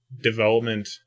development